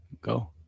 go